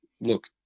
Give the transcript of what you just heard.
look